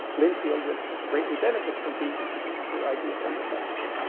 linfield would greatly benefit from being introduced to your ideas on the subject.